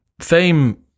fame